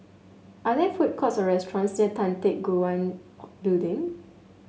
are there food courts or restaurants near Tan Teck Guan Building